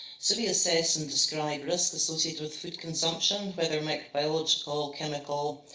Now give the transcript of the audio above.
so we assess and describe risks associated with food consumption, whether microbiological, chemical,